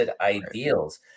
ideals